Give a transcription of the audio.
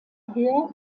daher